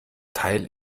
teil